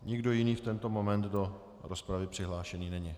Nikdo jiný v tento moment do rozpravy přihlášený není.